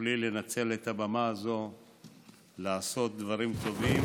שתוכלי לנצל את הבמה הזו לעשות דברים טובים.